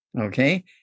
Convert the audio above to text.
Okay